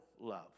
love